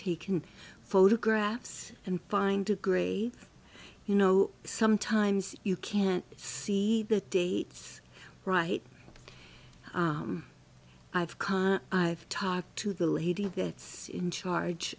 taken photographs and find a grave you know sometimes you can't see the dates right i've kind of talked to the lady that's in charge